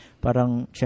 parang